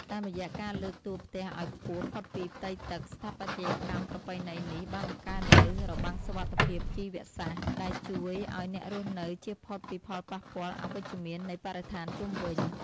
តាមរយៈការលើកតួផ្ទះឱ្យខ្ពស់ផុតពីផ្ទៃទឹក ស្ថាបត្យកម្មប្រពៃណីនេះបានបង្កើតនូវ របាំងសុវត្ថិភាពជីវសាស្ត្រ ដែលជួយឱ្យអ្នករស់នៅជៀសផុតពីផលប៉ះពាល់អវិជ្ជមាននៃបរិស្ថានជុំវិញ។